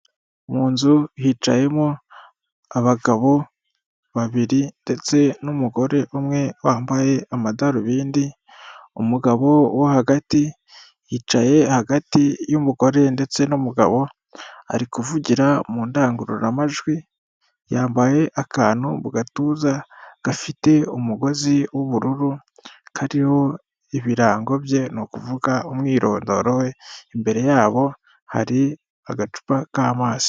Mu nzu hicayemo abagabo babiri ndetse n'umugore umwe wambaye amadarubindi, umugabo wo hagati yicaye hagati y'umugore ndetse n'umugabo ari kuvugira mu ndangururamajwi yambaye akantu mu gatuza gafite umugozi w'ubururu kariho ibirango bye ni ukuvuga umwirondoro we imbere yabo hari agacupa k'amazi.